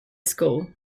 school